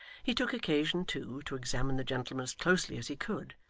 he took occasion, too, to examine the gentleman as closely as he could,